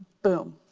boom.